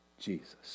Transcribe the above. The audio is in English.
Jesus